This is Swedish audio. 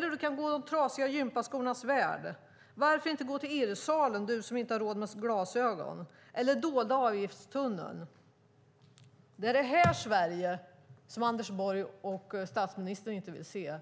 Du kan gå i De trasiga gympaskornas värld. Varför inte gå till Irrsalen, du som inte har råd med glasögon, eller Dolda avgiftstunneln? Det är detta Sverige som Anders Borg och statsministern inte vill se.